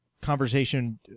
Conversation